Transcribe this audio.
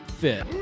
fit